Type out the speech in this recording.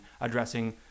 addressing